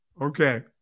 Okay